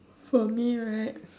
for me right